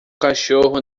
cachorro